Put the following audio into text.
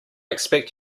expect